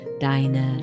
Deine